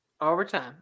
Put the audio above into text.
Overtime